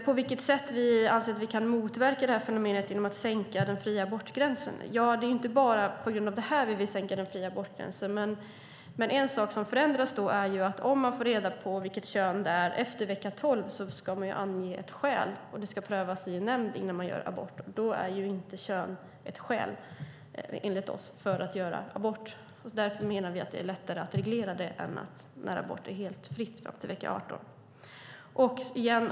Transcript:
På vilket sätt kan vi motverka det här fenomenet genom att sänka gränsen för fri abort? Ja, det är inte bara på grund av det här som vi vill sänka gränsen för fri abort, men en sak som förändras är att om man får reda på vilket kön det är efter vecka 12 ska man ange ett skäl, och det ska prövas i en nämnd innan man gör abort. Då är inte kön ett skäl enligt oss för att göra abort. På det viset menar vi att det är lättare att reglera det än när abort är helt fri till vecka 18.